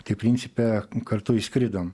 tai principe kartu išskridom